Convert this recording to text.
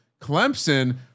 Clemson